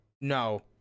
No